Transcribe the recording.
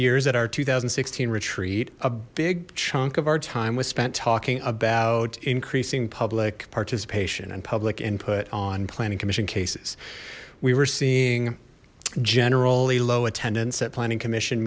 years at our two thousand and sixteen retreat a big chunk of our time was spent talking about increasing public participation and public input on planning commission cases we were seeing generally low attendance at planning commission